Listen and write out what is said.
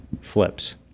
flips